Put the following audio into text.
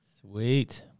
Sweet